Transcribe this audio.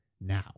now